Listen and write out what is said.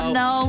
no